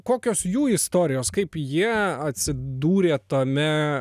kokios jų istorijos kaip jie atsidūrė tame